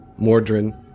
Mordrin